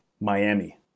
Miami